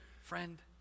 Friend